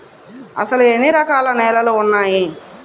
అసలు ఎన్ని రకాల నేలలు వున్నాయి?